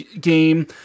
game